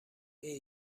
این